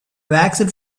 waxed